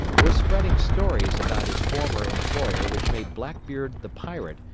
was spreading stories about his former employer which made blackbeard, the pirate,